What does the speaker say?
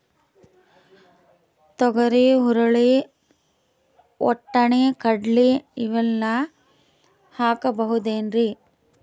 ತೊಗರಿ, ಹುರಳಿ, ವಟ್ಟಣಿ, ಕಡಲಿ ಇವೆಲ್ಲಾ ಹಾಕಬಹುದೇನ್ರಿ?